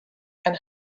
and